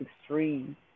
extreme